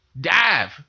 dive